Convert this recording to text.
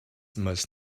must